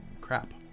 Crap